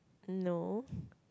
no